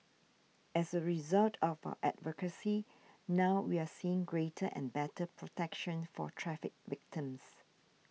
as a result of our advocacy now we're seeing greater and better protection for traffic victims